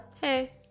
Hey